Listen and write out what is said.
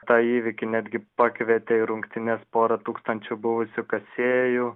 tą įvykį netgi pakvietė į rungtynes porą tūkstančių buvusių kasėjų